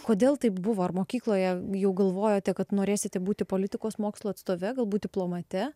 kodėl taip buvo ar mokykloje jau galvojote kad norėsite būti politikos mokslų atstove galbūt diplomate